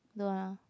no lah